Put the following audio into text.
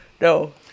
No